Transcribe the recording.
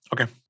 Okay